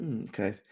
Okay